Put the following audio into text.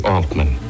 Altman